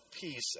peace